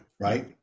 right